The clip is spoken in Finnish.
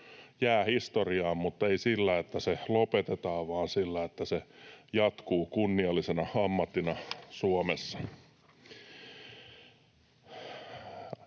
jää historiaan mutta ei sillä, että se lopetetaan, vaan sillä, että se jatkuu kunniallisena ammattina Suomessa.